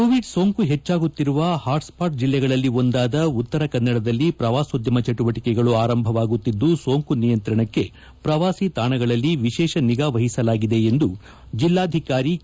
Covid ಸೋಂಕು ಹೆಚ್ಚಾಗುತ್ತಿರುವ hot spot ಜಿಲ್ಲೆಗಳಲ್ಲಿ ಒಂದಾದ ಉತ್ತರ ಕನ್ನಡದಲ್ಲಿ ಪ್ರವಾಸೋದ್ಯಮ ಚಟುವಟಿಕೆಗಳು ಅರಂಭವಾಗುತ್ತಿದ್ದು ಸೋಂಕು ನಿಯಂತ್ರಣಕ್ಕೆ ಪ್ರವಾಸಿ ತಾಣಗಳಲ್ಲಿ ವಿಶೇಷ ನಿಗಾ ವಹಿಸಲಾಗಿದೆ ಎಂದು ಜಿಲ್ಲಾಧಿಕಾರಿ ಕೆ